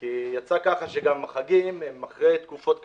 כי יצא כך שגם החגים הם אחרי תקופות קשות.